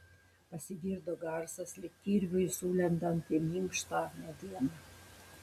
pasigirdo garsas lyg kirviui sulendant į minkštą medieną